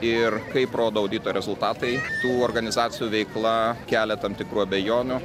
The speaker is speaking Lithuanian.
ir kaip rodo audito rezultatai tų organizacijų veikla kelia tam tikrų abejonių